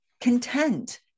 content